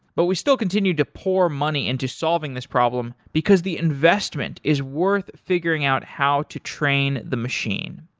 but we still continue to pour money into solving this problem, because the investment is worth figuring out how to train the machine.